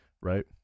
right